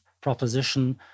proposition